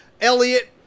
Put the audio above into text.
Elliot